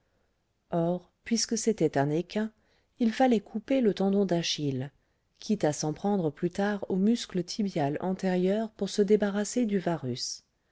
or puisque c'était un équin il fallait couper le tendon d'achille quitte à s'en prendre plus tard au muscle tibial antérieur pour se débarrasser du varus